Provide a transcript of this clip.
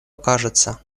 кажется